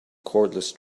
cordless